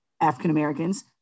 African-Americans